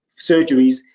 surgeries